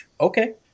Okay